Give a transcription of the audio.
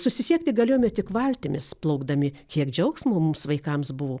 susisiekti galėjome tik valtimis plaukdami kiek džiaugsmo mums vaikams buvo